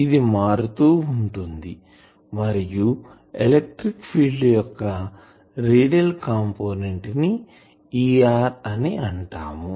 ఇది మారుతూవుంటుంది మరియు ఎలక్ట్రిక్ ఫీల్డ్ యొక్క రేడియల్ కంపోనెంట్ ని Er అని అంటాము